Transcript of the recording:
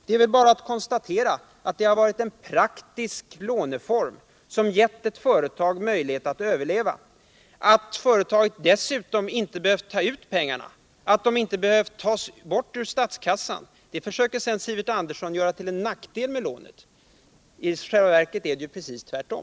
Det är väl bara att konstatera att detta har varit en praktisk låneform, som gett ett företag möjlighet att överleva. Att företaget dessutom inte behövt ta ut pengarna och att dessa inte behövt försvinna ur statskassan försöker Sivert Andersson sedan göra till en nackdel med lånet. I själva verket är det ju precis tvärtom.